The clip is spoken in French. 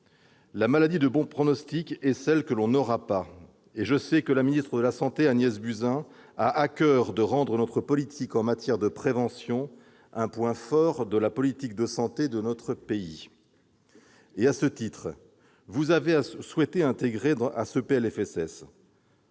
La maladie de bon pronostic est celle que l'on n'aura pas. À ce sujet, je sais que la ministre des solidarités et de la santé, Mme Agnès Buzyn, a à coeur de faire de notre politique en matière de prévention un point fort de la politique de santé de notre pays. À ce titre, vous avez souhaité intégrer à ce PLFSS